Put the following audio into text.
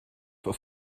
for